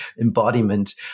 embodiment